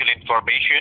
information